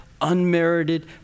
unmerited